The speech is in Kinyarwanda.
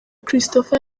christopher